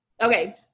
Okay